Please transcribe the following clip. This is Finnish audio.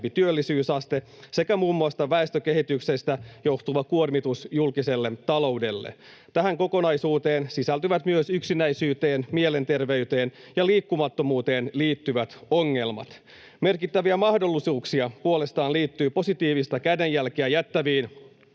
työllisyysaste sekä muun muassa väestökehityksestä johtuva kuormitus julkiselle taloudelle. Tähän kokonaisuuteen sisältyvät myös yksinäisyyteen, mielenterveyteen ja liikkumattomuuteen liittyvät ongelmat. Merkittäviä mahdollisuuksia puolestaan liittyy positiivista kädenjälkeä jättäviin